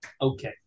Okay